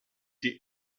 the